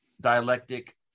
dialectic